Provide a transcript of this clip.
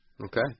Okay